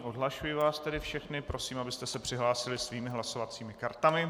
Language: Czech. Odhlašuji vás všechny, prosím, abyste se přihlásili svými hlasovacími kartami.